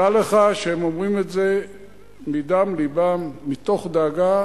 דע לך שהם אומרים את זה מדם לבם, מתוך דאגה